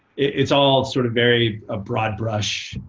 it's all sort of very a broad brush.